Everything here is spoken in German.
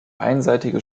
einseitige